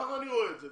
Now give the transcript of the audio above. כך אני רואה את זה.